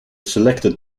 selected